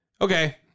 Okay